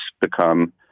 become